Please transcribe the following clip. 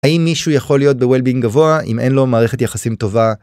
האם מישהו יכול להיות ב well being גבוה אם אין לו מערכת יחסים טובה?